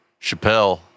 Chappelle